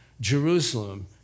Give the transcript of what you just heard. Jerusalem